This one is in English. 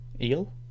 Eel